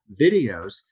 videos